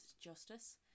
justice